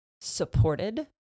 supported